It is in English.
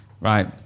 Right